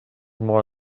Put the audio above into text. more